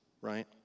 right